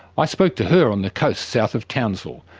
i spoke to her on the coast south of townsville,